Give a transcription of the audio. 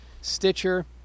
stitcher